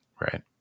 Right